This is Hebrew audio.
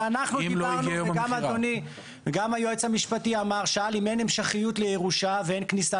גם היועץ המשפטי שאל אם אין המשכיות לירושה ואין כניסה